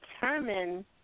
determine